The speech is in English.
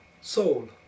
soul